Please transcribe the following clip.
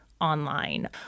online